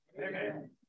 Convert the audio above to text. Amen